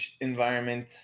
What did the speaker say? environment